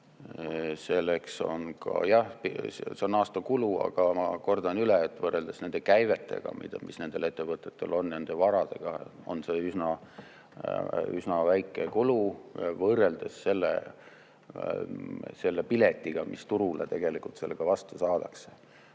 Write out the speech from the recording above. selleks on ka … Jah, see on aastakulu, aga ma kordan üle, et võrreldes nende käivetega, mis nendel ettevõtetel on, nende varadega, on see üsna väike kulu võrreldes selle piletiga, mis turule tegelikult sellega vastu saadakse.